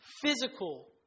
physical